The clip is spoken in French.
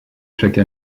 chaque